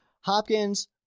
Hopkins